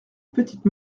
petite